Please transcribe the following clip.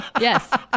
Yes